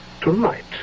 Tonight